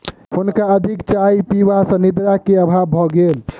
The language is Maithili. हुनका अधिक चाय पीबा सॅ निद्रा के अभाव भ गेल